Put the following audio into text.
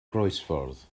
groesffordd